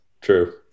True